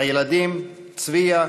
הילדים צביה,